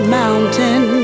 mountain